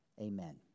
amen